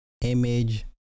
image